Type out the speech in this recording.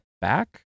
back